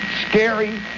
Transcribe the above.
scary